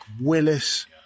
Willis